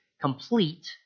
complete